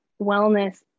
wellness